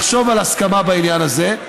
לחשוב על הסכמה בעניין הזה,